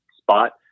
spot